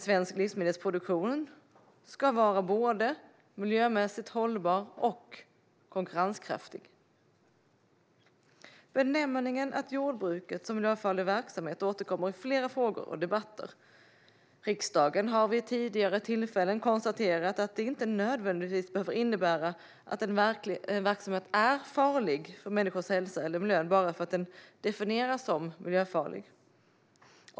Svensk livsmedelsproduktion ska vara både miljömässigt hållbar och konkurrenskraftig. Benämningen av jordbruket som miljöfarlig verksamhet återkommer i flera frågor och debatter. Riksdagen har vid tidigare tillfällen konstaterat att det inte nödvändigtvis behöver innebära att en verksamhet är farlig för människors hälsa eller för miljön bara för att den definieras som miljöfarlig.